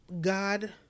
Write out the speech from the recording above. God